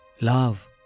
Love